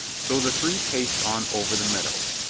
so the three paced on over the meadows,